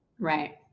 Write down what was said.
right